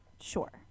sure